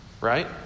right